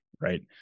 right